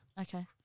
Okay